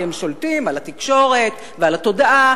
כי הם שולטים על התקשורת ועל התודעה